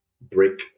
brick